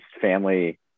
family